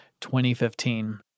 2015